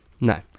No